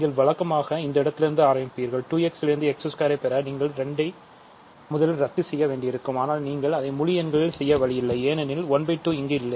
நீங்கள் வழக்கமாக இந்த இடத்திலிருந்து ஆரம்பிப்பீர்கள் 2 x இலிருந்து x2 பெற நீங்கள் எப்படியாவது 2 ஐ முதலில் ரத்து செய்ய வேண்டியிருக்கும் ஆனால் நீங்கள் அதை முழு எண்களில் செய்ய வழி இல்லை ஏனெனில் ½ இங்கு இல்லை